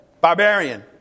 Barbarian